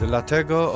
Dlatego